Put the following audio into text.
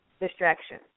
distraction